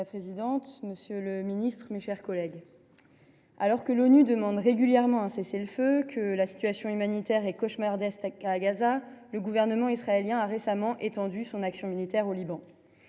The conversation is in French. monsieur le ministre, mes chers collègues, alors que l’ONU demande régulièrement un cessez le feu, que la situation humanitaire est cauchemardesque à Gaza, le gouvernement israélien a récemment étendu son action militaire au Liban.